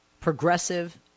progressive